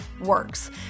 works